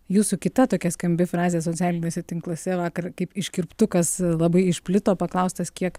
jūsų kita tokia skambi frazė socialiniuose tinkluose vakar kaip iškirptukas labai išplito paklaustas kiek